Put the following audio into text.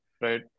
Right